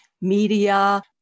media